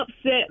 upset